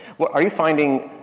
well, are you finding,